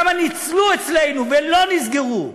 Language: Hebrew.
כמה ניצלו אצלנו ולא נסגרו.